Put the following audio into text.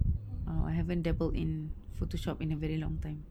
oh I haven't dappled in photoshop in a very long time